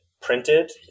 printed